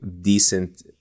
decent